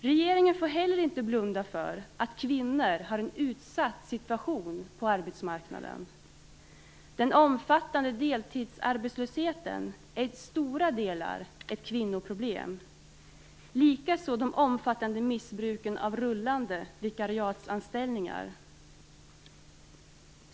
Regeringen får heller inte blunda för att kvinnor har en utsatt situation på arbetsmarknaden. Den omfattande deltidsarbetslösheten är till stora delar ett kvinnoproblem, likaså det omfattande missbruket av rullande vikariatsanställningar.